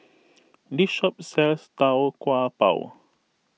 this shop sells Tau Kwa Pau